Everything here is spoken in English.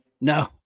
No